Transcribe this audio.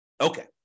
Okay